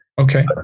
Okay